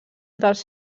dels